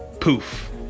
Poof